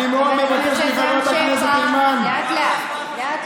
חבר הכנסת רם שפע, לאט-לאט.